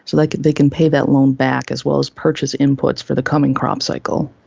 so like they can pay that loan back as well as purchase inputs for the coming crop cycle.